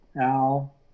Al